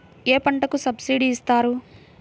ఏ పంటకు సబ్సిడీ ఇస్తారు?